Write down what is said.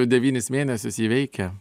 devynis mėnesius ji veikia